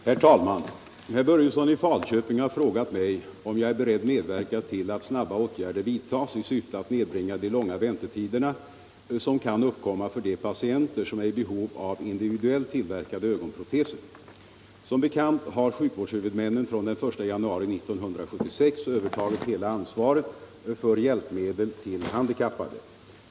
Herr talman! Herr Börjesson i Falköping har frågat mig om jag är beredd medverka till att snabba åtgärder vidtas i syfte att nedbringa de långa väntetiderna som kan uppkomma för de patienter som är i behov av individuellt tillverkade ögonproteser. Som bekant har sjukvårdshuvudmännen från den 1 januari 1976 övertagit hela ansvaret för hjälpmedel till handikappade.